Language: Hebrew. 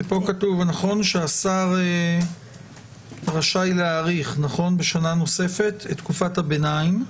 פה כתוב שהשר רשאי להאריך בשנה נוספת את תקופת הביניים.